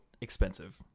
expensive